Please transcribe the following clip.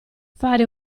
fare